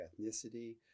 ethnicity